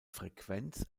frequenz